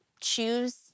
choose